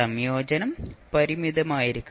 സംയോജനം പരിമിതമായിരിക്കണം